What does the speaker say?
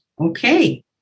Okay